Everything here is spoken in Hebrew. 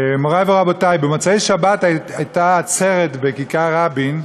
מורי ורבותי, במוצאי שבת הייתה עצרת בכיכר רבין,